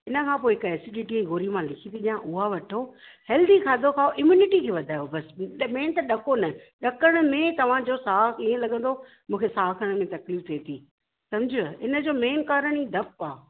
इनखां पोइ हिकु एसिडिटीअ जी गोरी मां लिखी थी ॾियां उहा वठो हेल्दी खाधो खाओ इम्यूनिटी खे वधायो बसि त मेन त ॾको न ॾकण में तव्हांजो साहु ईअं लॻंदो मूंखे साह खणण में तक़लीफ थिए थी सम्झुव इनजो मेन कारण ई ॾपु आहे हा